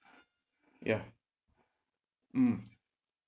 yeah mm